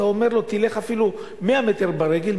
ואתה אומר לו: תלך אפילו 100 מטר ברגל,